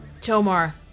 Tomar